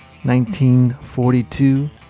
1942